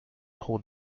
hold